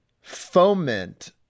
foment